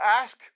ask